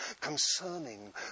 concerning